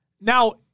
Now